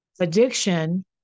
Addiction